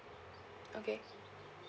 okay